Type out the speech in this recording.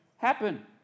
happen